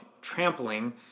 trampling